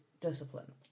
discipline